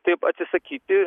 taip atsisakyti